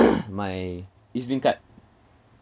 my EZ-Link card